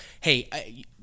hey